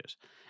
yes